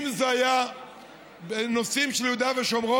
אם זה היה בנושאים של יהודה ושומרון,